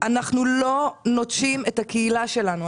אנחנו לא נוטשים את הקהילה שלנו,